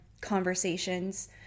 conversations